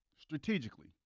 strategically